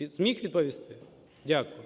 Зміг відповісти? Дякую.